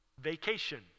vacation